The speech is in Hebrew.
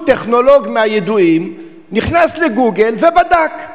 הוא טכנולוג, מהידועים, נכנס ל"גוגל" ובדק.